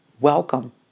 Welcome